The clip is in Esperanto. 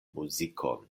muzikon